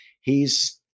He's-